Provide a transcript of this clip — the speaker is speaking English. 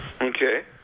Okay